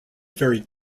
very